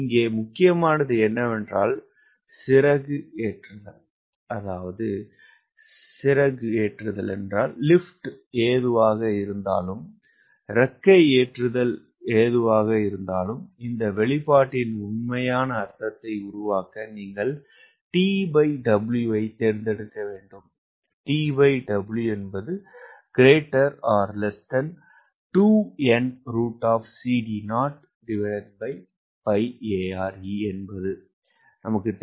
இங்கே முக்கியமானது என்னவென்றால் இறக்கை ஏற்றுதல் எதுவாக இருந்தாலும் இந்த வெளிப்பாட்டின் உண்மையான அர்த்தத்தை உருவாக்க நீங்கள் T W ஐ தேர்ந்தெடுக்க வேண்டும் B2 4AC ≥ 0